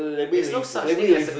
there's no such thing as a